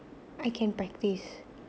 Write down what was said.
I can practise